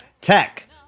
Tech